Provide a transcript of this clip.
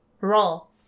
Roll